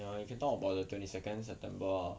err you can talk about the twenty second september lah